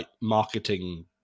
marketing